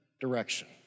direction